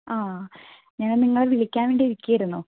ആഹ് ഞാൻ നിങ്ങളെ വിളിക്കാൻ വേണ്ടി ഇരിക്കുകയിരുന്നു